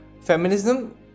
feminism